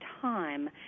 time